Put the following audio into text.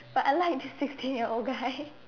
but I like the sixteen year old guy